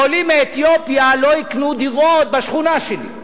או עולים מאתיופיה לא יקנו דירות בשכונה שלי.